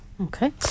Okay